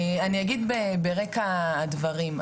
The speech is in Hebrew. אני אגיד ברקע הדברים,